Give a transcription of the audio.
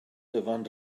dyfan